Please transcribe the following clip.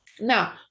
Now